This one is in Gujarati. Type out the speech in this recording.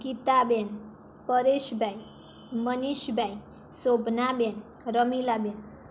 ગીતાબેન પરેશબેન મનિષબેન શોભનાબેન રમીલાબેન